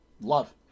love